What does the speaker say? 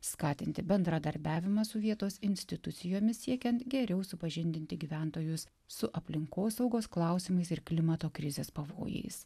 skatinti bendradarbiavimą su vietos institucijomis siekiant geriau supažindinti gyventojus su aplinkosaugos klausimais ir klimato krizės pavojais